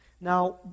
Now